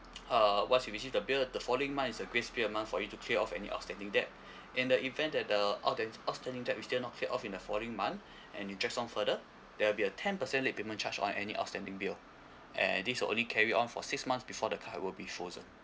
uh once you received the bill the following month is a grace period month for you to clear off any outstanding debt in the event that the outsta~ outstanding that is still cleared off in the following month and you drag on further there will be a ten percent late payment charge on any outstanding bill and this will only carry on for six months before the card will be frozen